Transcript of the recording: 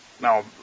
Now